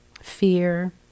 fear